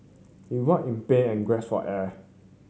he writhed in pain and gasped for air